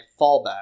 fallback